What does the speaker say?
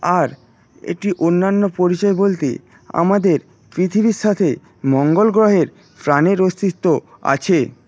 আর এটি অন্যান্য পরিচয় বলতে আমাদের পৃথিবীর সাথে মঙ্গল গ্রহের প্রাণের অস্তিত্ব আছে